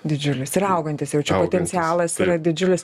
didžiulis ir augantis jau čia potencialas yra didžiulis